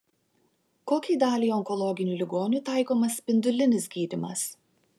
kokiai daliai onkologinių ligonių taikomas spindulinis gydymas